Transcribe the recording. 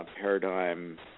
Paradigm